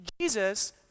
Jesus